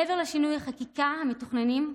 מעבר לשינויי החקיקה המתוכננים,